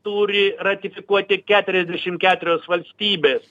turi ratifikuoti keturiasdešim keturios valstybės